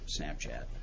Snapchat